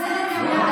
את רואה, בסדר גמור.